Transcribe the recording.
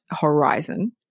Horizon